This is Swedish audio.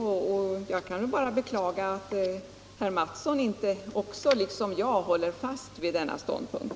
Jag kan bara beklaga att inte herr Mattsson, liksom jag, håller fast vid denna ståndpunkt.